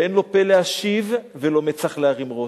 ואין לו פה להשיב, ולא מצח להרים ראש,